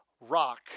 rock